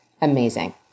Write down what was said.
amazing